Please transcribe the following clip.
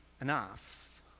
enough